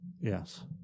Yes